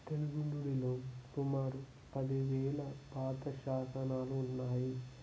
తెలుగు నుడిలో సుమారు పదివేల పాత శాసనాలు ఉన్నాయి